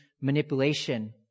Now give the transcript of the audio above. manipulation